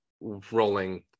rolling